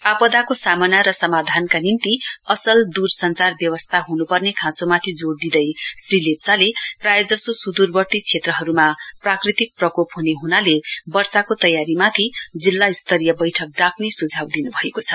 आपदाको सामना र समाधानका निम्ति असल दूर संचार व्यवस्था हुन् पर्ने खाँचोमाथि जोड़ दिँदै श्री लेप्चाले प्रया जसो सुदूरवर्ती क्षेत्रहरूमा प्राकृति प्रकोप हुने हुनाले वर्षाको तयारीमाथि जिल्ला स्तरीय बैठक डाक्ने सुझाउ दिनुभएको छ